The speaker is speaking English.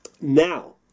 now